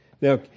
Now